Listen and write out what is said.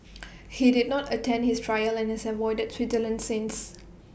he did not attend his trial and has avoided Switzerland since